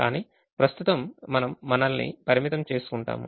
కానీ ప్రస్తుతం మనం మనల్ని పరిమితం చేసుకుంటాము